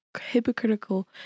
hypocritical